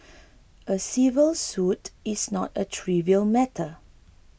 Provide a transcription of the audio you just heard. a civil suit is not a trivial matter